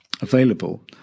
available